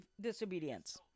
disobedience